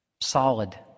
solid